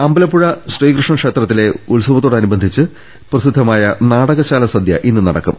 അമ്പലപ്പുഴ ശ്രീകൃഷ്ണ ക്ഷേത്രത്തിലെ ഉത്സവത്തോടനുബന്ധിച്ച് പ്രസിദ്ധമായ നാടകശാല സദ്യ ഇന്ന് നടക്കും